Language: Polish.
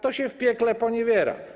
To się w piekle poniewiera.